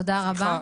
תודה רבה.